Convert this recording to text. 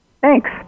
Thanks